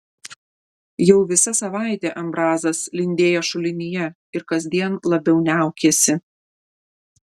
jau visa savaitė ambrazas lindėjo šulinyje ir kasdien labiau niaukėsi